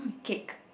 cake